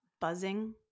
buzzing